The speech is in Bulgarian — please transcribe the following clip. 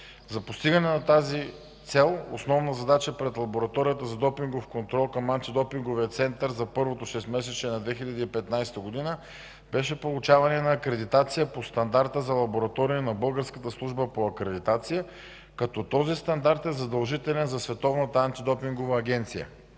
За постигането на тази цел основна цел пред Лабораторията за допингов контрол към Антидопинговия център за първото шестмесечие на 2015 г. беше получаване на акредитация по стандарта за лаборатория на Българската служба по акредитация, като този стандарт е задължителен за Световната антидопингова агенция.